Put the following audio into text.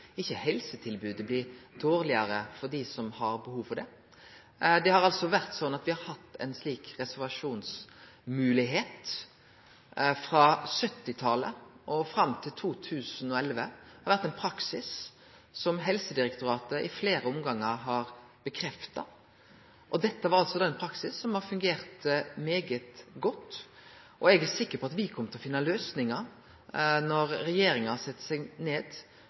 dårlegare for dei som har behov for det. Ein har hatt ei slik reservasjonsmoglegheit. Frå 1970-talet og fram til 2011 har det vore ein praksis, som Helsedirektoratet i fleire omgangar har stadfesta. Dette var ein praksis som fungerte svært godt. Eg er sikker på at me kjem til å finne løysingar når regjeringa sett seg ned